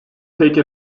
take